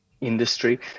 industry